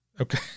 Okay